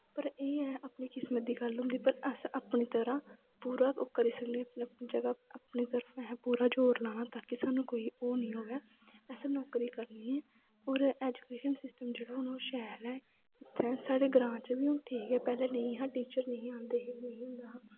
पर एह् ऐ अपनी किस्मत दी गल्ल होंदी पर अस अपनी तरफा पूरा ओह् करी सकनें अपनी ज'गा अपनी तरफा दा असें पूरा जोर लाना तां कि सानूं ओह् निं होऐ असें नौकरी करनी ऐं होर ऐजुकेशन सिस्टम जेह्ड़ा हून ओह् शैल ऐ इत्थै साढ़े ग्रां च बी हून ठीक ऐ पैह्लें नेईं हा टीचर नेईं हे आंदे